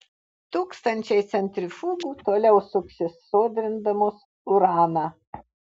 tūkstančiai centrifugų toliau suksis sodrindamos uraną